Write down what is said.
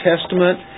Testament